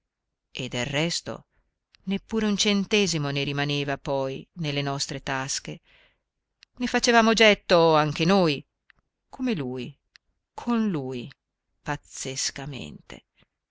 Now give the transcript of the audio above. e del resto neppure un centesimo ne rimaneva poi nelle nostre tasche ne facevamo getto anche noi come lui con lui